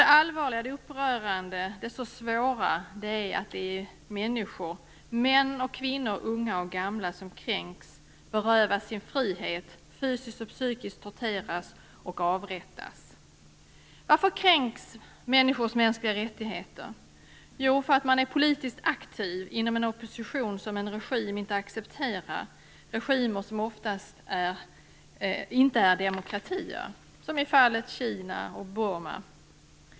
Det allvarliga, upprörande och så svåra är att det är människor - män, kvinnor, unga och gamla - som kränks, berövas sin frihet, fysiskt och psykiskt torteras och avrättas. Varför kränks människors mänskliga rättigheter? Jo, för att de är politiskt aktiva inom en opposition som en regim inte accepterar. Det är regimer som oftast inte är demokratier, som i fallet Kina och Burma.